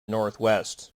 northwest